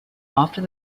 after